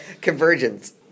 Convergence